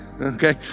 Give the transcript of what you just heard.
Okay